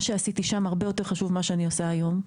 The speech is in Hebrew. מה שעשיתי שם הרבה יותר חשוב ממה שאני עושה היום.